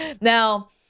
Now